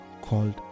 called